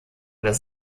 des